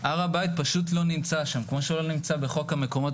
והר הבית לא נמצא שם כמו שהוא לא נמצא בחוק המקומות